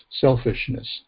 selfishness